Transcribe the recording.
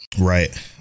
right